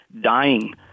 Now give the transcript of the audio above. dying